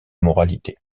moralité